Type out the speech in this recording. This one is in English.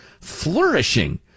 flourishing